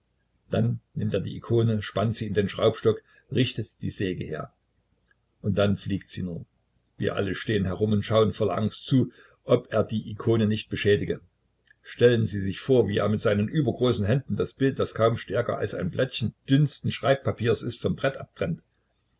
damit nimmt er die ikone spannt sie in den schraubstock richtet die säge her und dann fliegt sie nur wir alle stehen herum und schauen voller angst zu ob er die ikone nicht beschädige stellen sie sich vor wie er mit seinen übergroßen händen das bild welches kaum stärker als ein blättchen dünnsten schreibpapieres ist vom brett abtrennt